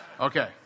Okay